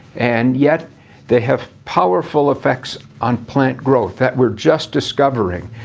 and yet they have powerful effects on plant growth that we're just discovering.